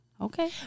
Okay